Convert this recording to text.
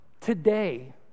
today